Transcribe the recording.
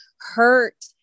hurt